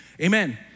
Amen